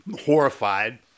horrified